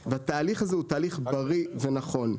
התהליך הזה הוא תהליך בריא ונכון.